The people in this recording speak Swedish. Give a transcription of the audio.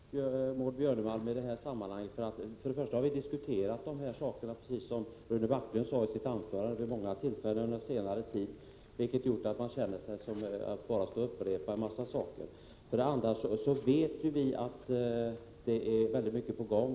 Herr talman! Maud Björnemalms anförande var väldigt allmänt. Jag förstår det. För det första har vi diskuterat de här sakerna, precis som Rune Backlund sade i sitt anförande, vid många tillfällen under senare tid, vilket gör att man känner att man bara upprepar en massa saker. För det andra vet vi att det nu är mycket på gång.